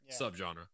subgenre